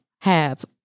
have-